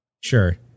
Sure